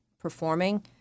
performing